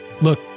Look